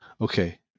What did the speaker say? Okay